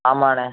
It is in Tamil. ஆமாண்ணே